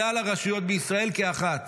כלל הרשויות בישראל כאחת.